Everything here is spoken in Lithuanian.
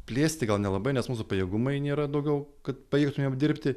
plėsti gal nelabai nes mūsų pajėgumai nėra daugiau kad pajėgtume apdirbti